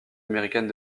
américaine